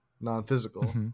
non-physical